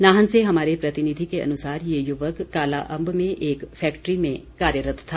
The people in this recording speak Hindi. नाहन से हमारे प्रतिनिधि के अनुसार ये युवक कालाअंब में एक फैक्ट्री में कार्यरत था